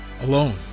alone